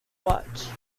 watch